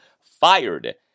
fired